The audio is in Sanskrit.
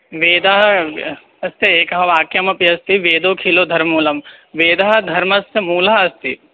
वेदाः तस्य एकं वाक्यमपि अस्ति वेदोखिलो धर्ममूलं वेदः धर्मस्य मूलः अस्ति